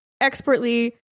expertly